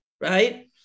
right